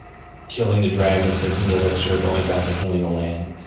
killing the dragon, taking the elixir, going back and healing the land.